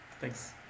Thanks